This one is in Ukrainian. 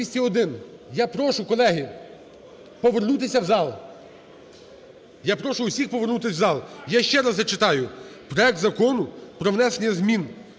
Я прошу, колеги, повернутися в зал. Я прошу усіх повернутись в зал. Я ще раз зачитаю, проект Закону про внесення змін